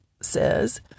says